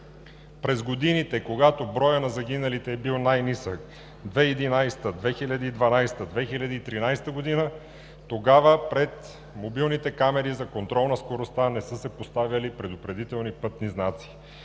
през годините, когато броят на загиналите е бил най-нисък – 2011 г., 2012 г., 2013 г., тогава пред мобилните камери за контрол над скоростта не са се поставяли предупредителни пътни знаци.